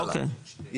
הוא